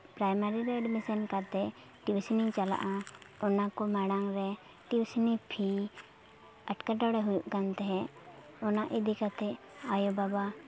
primary ᱨᱮ admission ᱠᱟᱛᱮ ᱴᱤᱭᱩᱥᱤᱱᱤᱧ ᱪᱟᱞᱟᱜᱼᱟ ᱚᱱᱟ ᱠᱚ ᱢᱟᱲᱟᱝ ᱨᱮ ᱴᱤᱭᱩᱥᱤᱱᱤ ᱯᱷᱤ ᱮᱴᱠᱮᱴᱚᱬᱮ ᱦᱩᱭᱩᱜ ᱠᱟᱱ ᱛᱟᱦᱮᱸᱫ ᱚᱱᱟ ᱤᱫᱤ ᱠᱟᱛᱮ ᱟᱭᱚ ᱵᱟᱵᱟ